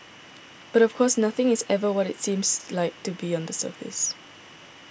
but of course nothing is ever what it seems like to be on the surface